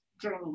journey